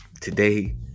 today